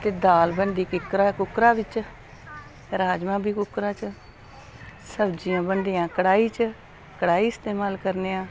ते दाल बनदी किक्करा कुक्करा बिच्च राजमांह् बी कुक्करा च सब्जियां बनदियां कड़ाही च कड़ाही इस्तेमाल करने आं